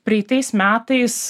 praeitais metais